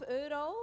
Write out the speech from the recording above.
euro